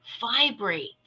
vibrate